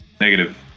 Negative